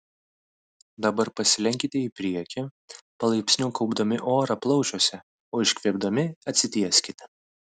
dabar pasilenkite į priekį palaipsniui kaupdami orą plaučiuose o iškvėpdami atsitieskite